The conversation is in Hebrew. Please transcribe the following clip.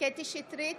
קטי קטרין שטרית,